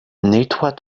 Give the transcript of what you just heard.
nettoie